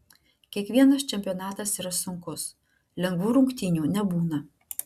kiekvienas čempionatas yra sunkus lengvų rungtynių nebūna